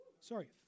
Sorry